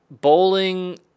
bowling